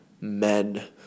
men